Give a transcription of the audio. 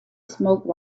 smoke